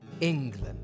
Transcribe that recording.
England